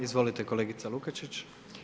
Izvolite kolegica Lukačić.